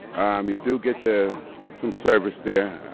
um you do get the some service there.